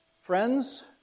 friends